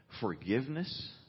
forgiveness